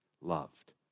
loved